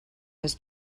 his